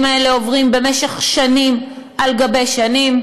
האלה עוברים במשך שנים על גבי שנים,